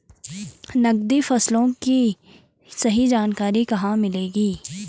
नकदी फसलों की सही जानकारी कहाँ मिलेगी?